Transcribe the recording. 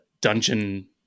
dungeon